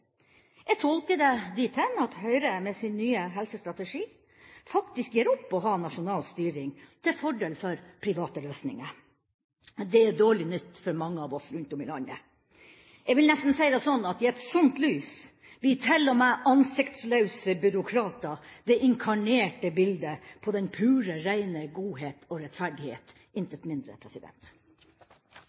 Jeg tolker det dit hen at Høyre med sin nye helsestrategi faktisk gir opp å ha nasjonal styring, til fordel for private løsninger. Det er dårlig nytt for mange av oss rundt om i landet. Jeg vil nesten si det sånn at i et sånt lys blir til og med ansiktslause byråkrater det inkarnerte bildet på den pure, reine godhet og rettferdighet, intet mindre.